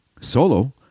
solo